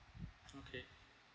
okay